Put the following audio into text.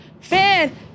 Fan